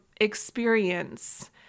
experience